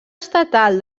estatal